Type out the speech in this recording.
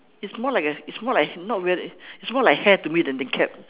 it's more like a it's more like not really it's more like hair to me than the cap